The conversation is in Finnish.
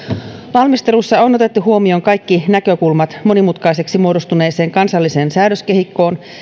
valmistelussa on otettu huomioon kaikki näkökulmat monimutkaiseksi muodostuneeseen kansalliseen säädöskehikkoon